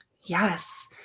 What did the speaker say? Yes